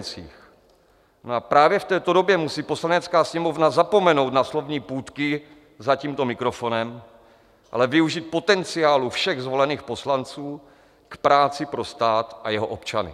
No a právě v této době musí Poslanecká sněmovna zapomenout na slovní půtky za tímto mikrofonem a využít potenciálu všech zvolených poslanců k práci pro stát a jeho občany.